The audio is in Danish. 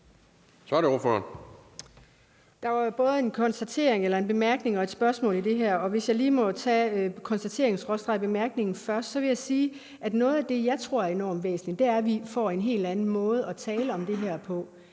Der var både en konstatering eller en bemærkning og et spørgsmål i det her, og hvis jeg lige må tage konstateringen/bemærkningen først, vil jeg sige, at noget af det, jeg tror er enormt væsentligt, er, at vi får en helt anden måde at tale om det her på.